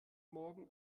morgen